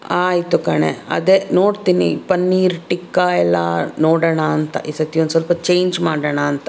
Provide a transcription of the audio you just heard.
ಆಯಿತು ಕಣೆ ಅದೆ ನೋಡ್ತೀನಿ ಪನ್ನೀರ್ ಟಿಕ್ಕಾ ಎಲ್ಲ ನೋಡೋಣ ಅಂತ ಈ ಸತಿ ಒಂದು ಸ್ವಲ್ಪ ಚೇಂಜ್ ಮಾಡೋಣ ಅಂತ